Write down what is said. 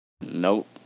Nope